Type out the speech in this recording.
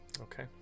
Okay